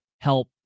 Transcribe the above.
help